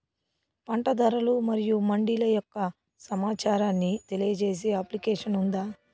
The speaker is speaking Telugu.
పంట ధరలు మరియు మండీల యొక్క సమాచారాన్ని తెలియజేసే అప్లికేషన్ ఉందా?